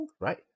right